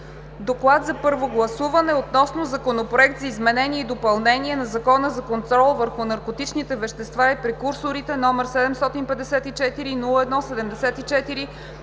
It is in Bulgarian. „ДОКЛАД за първо гласуване относно Законопроект за изменение и допълнение на Закона за контрол върху наркотичните вещества и прекурсорите, № 754-01-74,